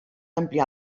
ampliar